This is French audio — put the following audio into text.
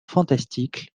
fantastique